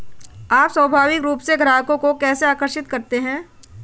आप स्वाभाविक रूप से ग्राहकों को कैसे आकर्षित करते हैं?